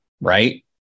right